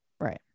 right